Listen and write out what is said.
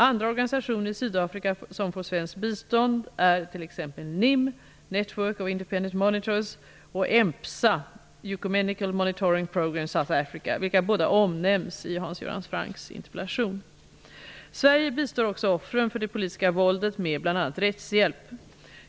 Andra organisationer i Sydafrika som får svenskt bistånd är t.ex. NIM, Network of Independent Sverige bistår också offren för det politiska våldet med bl.a. rättshjälp.